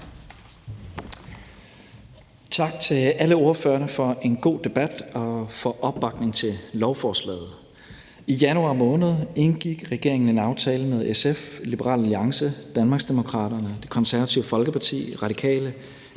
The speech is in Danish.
Tak til alle ordførerne for en god debat og for opbakningen til lovforslaget. I januar måned indgik regeringen en aftale med SF, Liberal Alliance, Danmarksdemokraterne, Det Konservative Folkeparti, Radikale,